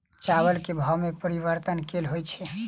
चावल केँ भाव मे परिवर्तन केल होइ छै?